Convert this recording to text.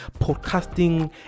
podcasting